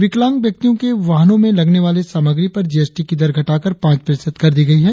विकलांग व्यक्तियों के वाहनो में लगने वाली सामग्री पर जीएसटी की दर घटाकर पाच प्रतिशत कर दी गई है